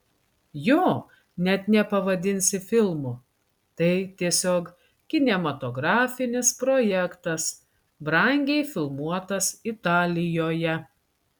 jo net nepavadinsi filmu tai tiesiog kinematografinis projektas brangiai filmuotas italijoje